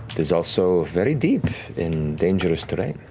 it's also very deep in dangerous terrain.